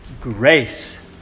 grace